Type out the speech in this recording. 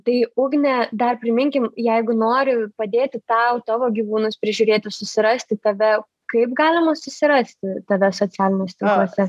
tai ugne dar priminkim jeigu nori padėti tau tavo gyvūnus prižiūrėti susirasti tave kaip galima susirasti tave socialiniuose tinkluose